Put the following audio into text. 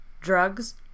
drugs